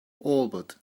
albert